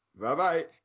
Bye-bye